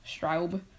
Straub